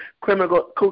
criminal